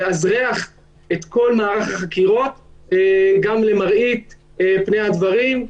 לאזרח את כל מערך החקירות גם למראית פני הדברים,